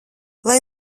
lai